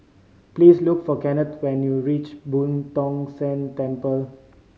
please look for Kennth when you reach Boo Tong San Temple